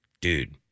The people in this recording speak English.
dude